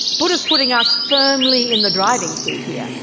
buddha is putting us firmly in the driving seat here.